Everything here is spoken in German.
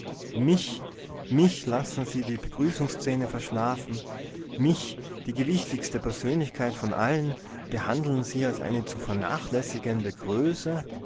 mich mich lassen sie die begrüßungsszene verschlafen mich die gewichtigste persönlichkeit von allen behandeln sie als eine zu vernachlässigende größe